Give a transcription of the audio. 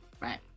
Right